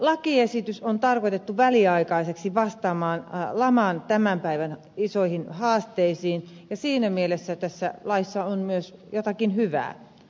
lakiesitys on tarkoitettu väliaikaiseksi vastaamaan laman tämän päivän isoihin haasteisiin ja siinä mielessä tässä laissa on myös jotakin hyvää